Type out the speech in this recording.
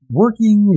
working